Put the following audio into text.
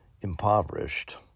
impoverished